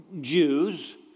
Jews